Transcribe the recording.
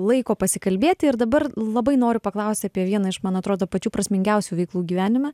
laiko pasikalbėti ir dabar labai noriu paklausti apie vieną iš man atrodo pačių prasmingiausių veiklų gyvenime